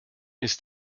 ist